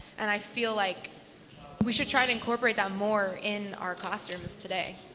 and i feel like we should try to incorporate that more in our classrooms today.